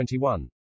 21